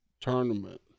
tournament